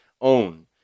own